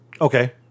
Okay